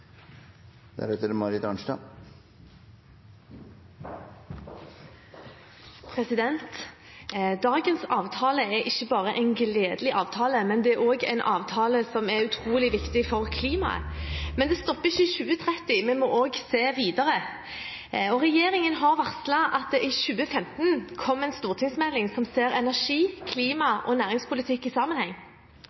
ikke bare en gledelig avtale, men også en avtale som er utrolig viktig for klimaet. Men det stopper ikke i 2030 – vi må også se videre. Regjeringen har varslet at det i 2015 kommer en stortingsmelding som ser energi, klima og næringspolitikk i sammenheng.